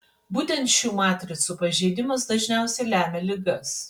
būtent šių matricų pažeidimas dažniausiai lemia ligas